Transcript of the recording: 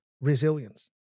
resilience